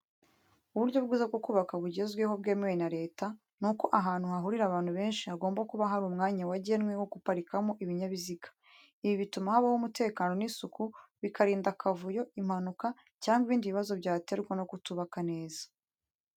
Uburyo bwiza bwo kubaka bugezweho bwemewe na Leta, nuko ahantu hahurira abantu benshi, hagomba kuba hari umwanya wagenwe wo guparikamo ibinyabiziga. Ibi bituma habaho umutekano n'isuku, bikarinda akavuyo, impanuka cyangwa ibindi bibazo byaterwa no kutubaka neza.